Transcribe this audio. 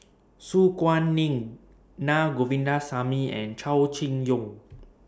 Su Guaning Na Govindasamy and Chow Chee Yong